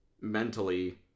mentally